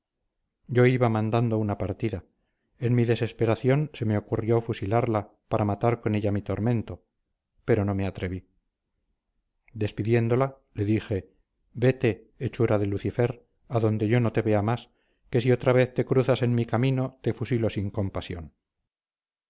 yo iba mandando una partida en mi desesperación se me ocurrió fusilarla para matar con ella mi tormento pero no me atreví despidiéndola le dije vete hechura de lucifer a donde yo no te vea más que si otra vez te cruzas en mi camino te fusilo sin compasión